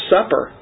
Supper